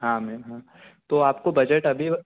हाँ मेम हाँ तो आपको बजट अभी